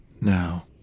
Now